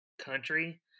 country